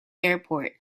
airport